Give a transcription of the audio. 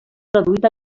traduït